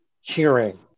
hearing